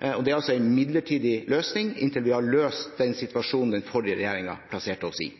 er altså en midlertidig løsning inntil vi har løst den situasjonen den forrige regjeringen plasserte oss i.